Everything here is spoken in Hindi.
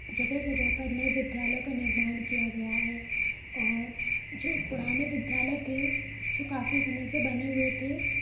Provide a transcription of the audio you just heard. जगह जगह पर नए विद्यालयों का निर्माण किया गया है और जो पुराने विद्यालय थे जो काफी समय से बने हुए थे